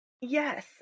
Yes